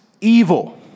evil